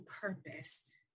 purpose